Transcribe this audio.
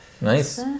nice